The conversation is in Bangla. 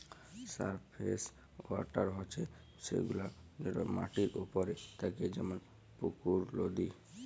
সারফেস ওয়াটার হছে সেগুলা যেট মাটির উপরে থ্যাকে যেমল পুকুর, লদী